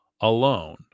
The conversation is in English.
alone